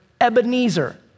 Ebenezer